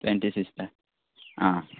ट्वँटी फिफ्तार आ